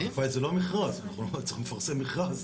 אבל זה לא מכרז, אנחנו עדיין צריכים לפרסם מכרז.